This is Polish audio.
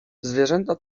zwierzęta